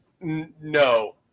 No